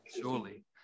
surely